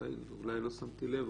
אולי לא שמתי לב.